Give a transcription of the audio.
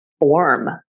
form